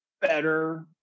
better